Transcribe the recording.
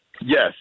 yes